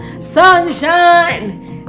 Sunshine